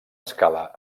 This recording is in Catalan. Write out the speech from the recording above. escala